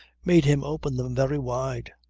made him open them very wide.